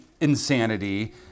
insanity